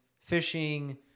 fishing